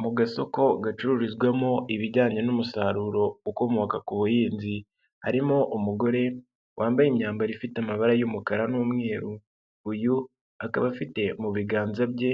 Mu gasoko gacururizwamo ibijyanye n'umusaruro ukomoka ku buhinzi, harimo umugore wambaye imyambaro ifite amabara y'umukara n'umweru, uyu akaba afite mu biganza bye